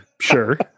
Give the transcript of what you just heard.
Sure